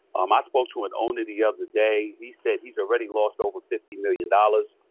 um i spoke to an owner the other day, he said he's already lost over fifty million dollars.